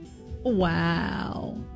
wow